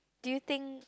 do you think